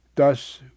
Thus